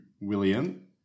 William